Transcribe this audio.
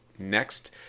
Next